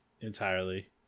entirely